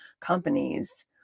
companies